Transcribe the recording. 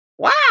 Wow